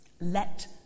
let